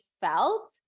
felt